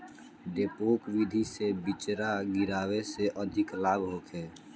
डेपोक विधि से बिचरा गिरावे से अधिक लाभ होखे?